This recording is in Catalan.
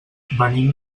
venim